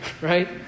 Right